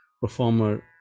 performer